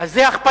אז זה הכפלה.